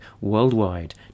worldwide